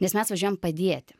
nes mes važiuojam padėti